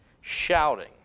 shouting